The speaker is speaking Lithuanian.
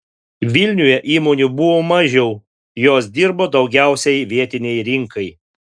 vilniuje įmonių buvo mažiau jos dirbo daugiausiai vietinei rinkai